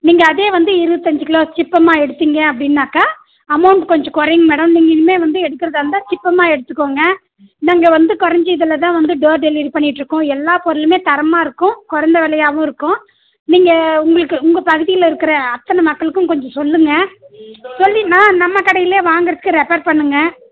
நீங்கள் அதே வந்து இருவத்தஞ்சு கிலோ சிப்பமாக எடுத்தீங்க அப்படின்னாக்கா அமௌண்ட் கொஞ்சம் குறையுங்க மேடம் நீங்கள் இனிமேல் வந்து எடுக்கிறதா இருந்தால் சிப்பமாக எடுத்துக்கோங்க நாங்கள் வந்து குறைஞ்சி இதில் தான் டோர் டெலிவரி பண்ணிக்கிட்டு இருக்கோம் எல்லா பொருளுமே தரமாக இருக்கும் குறைந்த விலையாவும் இருக்கும் நீங்கள் உங்களுக்கு உங்கள் பகுதியில் இருக்கற அத்தனை மக்களுக்கும் கொஞ்சம் சொல்லுங்கள் சொல்லி நான் நம்ம கடையிலே வாங்கிறதுக்கு ரெப்ஃபர் பண்ணுங்கள்